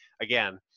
again